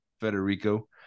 Federico